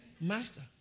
Master